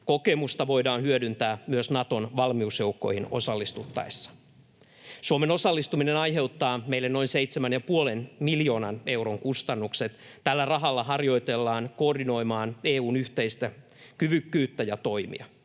Kokemusta voidaan hyödyntää myös Naton valmiusjoukkoihin osallistuttaessa. Suomen osallistuminen aiheuttaa meille noin seitsemän ja puolen miljoonan euron kustannuksen. Tällä rahalla harjoitellaan koordinoimaan EU:n yhteistä kyvykkyyttä ja toimia.